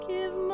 Give